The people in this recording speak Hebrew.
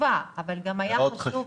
חשובה, אבל גם היה חשוב --- מאוד חשובה.